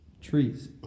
trees